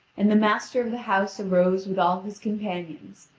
and the master of the house arose with all his companions,